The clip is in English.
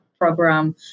program